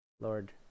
lord